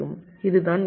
இதுதான் யோசனை